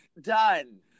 Done